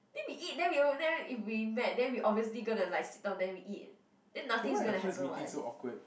then we eat then we will then if we met then we obviously gonna like sit down then we eat then nothing is gonna happen [what]